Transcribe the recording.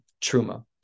Truma